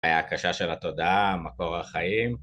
הקשה של התודעה, מקור החיים.